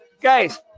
Guys